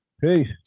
Peace